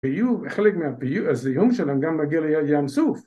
‫חלק מהזיהום שלהם ‫גם מגיע לים סוף.